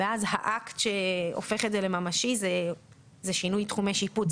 ואז האקט שהופך את זה לממשי זה שינוי תחומי שיפוט.